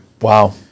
Wow